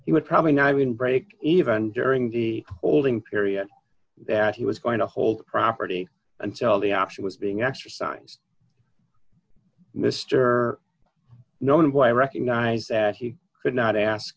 he would probably not even break even during the holding period that he was going to hold the property until the option was being exercised mr know him well i recognize that he did not ask